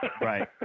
Right